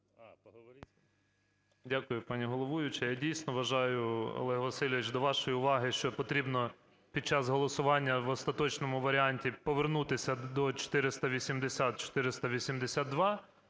Дякую, пані головуюча. Я, дійсно, вважаю, Олег Васильович, до вашої уваги, що потрібно під час голосування в остаточному варіанті повернутися до 480, 482,